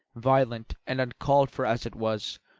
violent and uncalled for as it was,